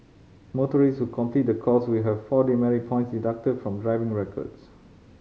motorist who complete the course will have four demerit points deducted from driving records